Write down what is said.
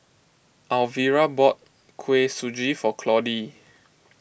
Alvira bought Kuih Suji for Claudie